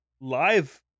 live